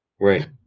Right